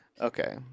Okay